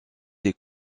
des